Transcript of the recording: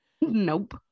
Nope